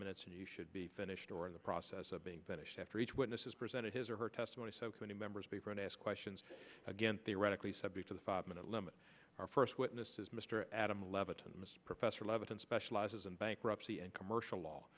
minutes and you should be finished or in the process of being banished after each witness is presented his or her testimony so many members paper and ask questions again theoretically subject to the five minute limit our first witness is mr adam levittown professor levitan specializes in bankruptcy and commercial law